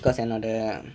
because என்னோட:ennoda